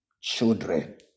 children